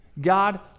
God